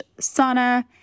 sauna